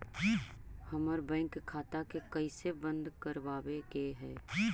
हमर बैंक खाता के कैसे बंद करबाबे के है?